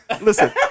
Listen